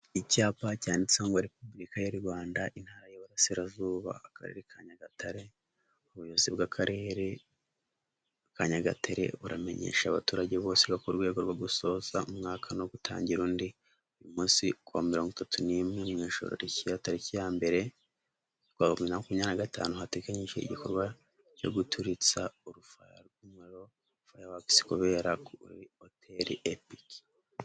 Icyapa cyanditseho muri Repubulika y'u Rwanda, intara y'iburasirazuba, Akarere ka Nyagatare. Ubuyobozi bw'Akarere ka Nyagatare, buramenyesha abaturage bose bo ku rwego rwo gusoza umwaka no gutangira undi, uyu munsi ku wa mirongo itatu n'imwe mu ijoro rishya, tariki ya mbere rwa makumyabiri na gatanu, hateganyijwe igikorwa cyo guturitsa urufaro (fireworks) kibera muri hoteli ya EPIC.